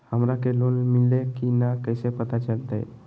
हमरा के लोन मिल्ले की न कैसे पता चलते?